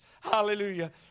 Hallelujah